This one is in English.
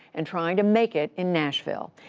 and trying to make it in nashville.